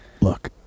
Look